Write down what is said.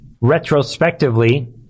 retrospectively